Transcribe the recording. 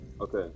Okay